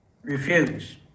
Refuse